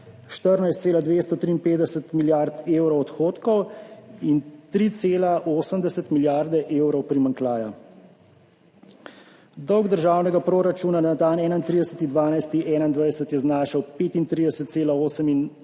14,253 milijarde evrov odhodkov in 3,80 milijarde evrov primanjkljaja. Dolg državnega proračuna na dan 31. 12. 2021 je znašal 35,88